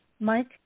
Mike